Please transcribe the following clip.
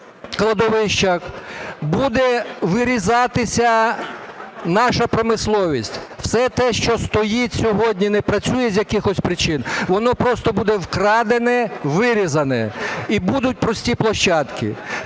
буде вирізатися наша промисловість. Все те, що стоїть сьогодні і не працює з якихось причин, воно просто буде вкрадене і вирізане і будуть пусті площадки.